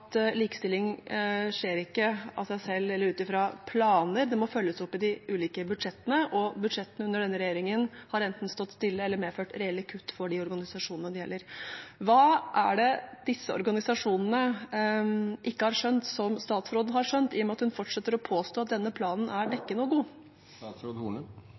likestilling ikke skjer av seg selv eller ut fra planer – det må følges opp i de ulike budsjettene. Budsjettene under denne regjeringen har enten stått stille eller har medført reelle kutt for de organisasjonene det gjelder. Hva er det disse organisasjonene ikke har skjønt, som statsråden har skjønt, i og med at hun fortsetter å påstå at denne planen er … og god? Statsråd Horne,